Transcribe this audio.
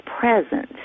present